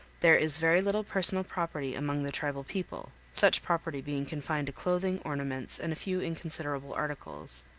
there is very little personal property among the tribal people, such property being confined to clothing, ornaments, and a few inconsiderable articles.